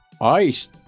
ice